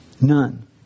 None